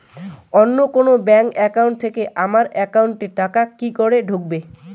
অন্য কোনো bank account থেকে আমার একাউন্ট এ টাকা কি করে ঢুকবে?